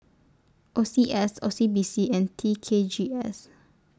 O C S O C B C and T K G S